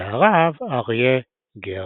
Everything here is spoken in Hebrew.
והרב אריה גרליץ.